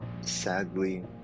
sadly